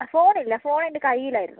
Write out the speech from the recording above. ആ ഫോണില്ല ഫോണെൻ്റെ കയ്യിലായിരുന്നു